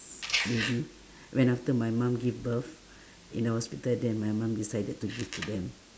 baby when after my mom give birth in the hospital then my mom decided to give to them